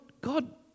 God